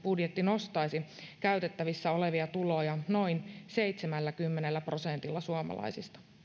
budjetti nostaisi käytettävissä olevia tuloja noin seitsemälläkymmenellä prosentilla suomalaisista